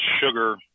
sugar